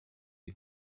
you